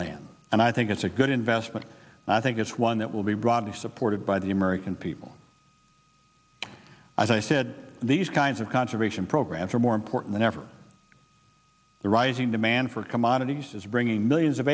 land and i think it's a good investment and i think it's one that will be broadly supported by the american people as i said these kinds of conservation programs are more important than ever the rising demand for commodities is bringing millions of